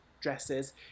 dresses